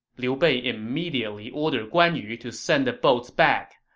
liu bei immediately ordered guan yu to send the boats back.